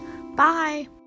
Bye